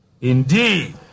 Indeed